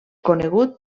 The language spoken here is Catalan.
conegut